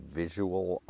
visual